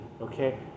okay